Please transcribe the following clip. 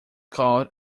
called